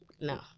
no